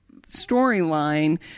storyline